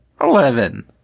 Eleven